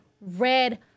red